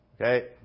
Okay